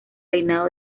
reinado